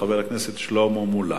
חבר הכנסת שלמה מולה.